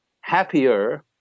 happier